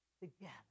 together